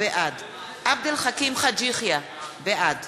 בעד עבד אל חכים חאג' יחיא, בעד